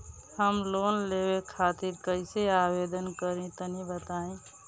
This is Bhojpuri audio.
हम लोन लेवे खातिर कइसे आवेदन करी तनि बताईं?